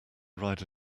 ride